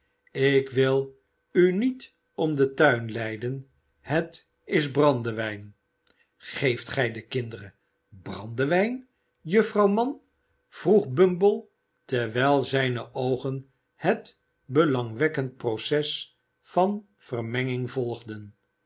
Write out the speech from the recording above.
ik wil u niet om den tuin leiden het is brandewijn geeft gij den kinderen brandewijn juffrouw mann vroeg bumble terwijl zijne oogen het belangwekkend proces van vermenging volgden